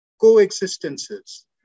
coexistences